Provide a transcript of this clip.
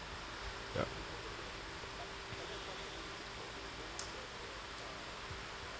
ya